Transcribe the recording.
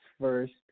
first